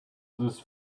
this